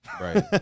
Right